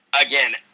Again